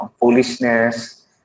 foolishness